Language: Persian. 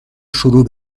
شروع